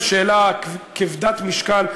זו שאלה כבדת משקל,